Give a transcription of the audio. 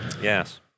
Yes